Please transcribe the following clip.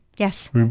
Yes